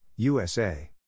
USA